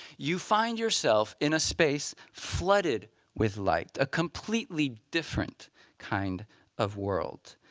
you find yourself in a space flooded with light a completely different kind of world.